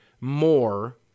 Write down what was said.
more